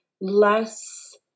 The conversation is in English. less